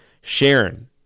Sharon